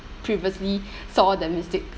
previously saw the mistakes